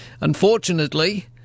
Unfortunately